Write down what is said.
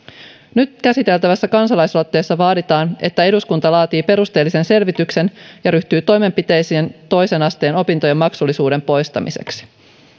nyt käsiteltävässä kansalaisaloitteessa vaaditaan että eduskunta laatii perusteellisen selvityksen ja ryhtyy toimenpiteisiin toisen asteen opintojen maksullisuuden poistamiseksi